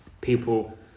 people